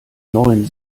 neuen